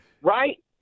right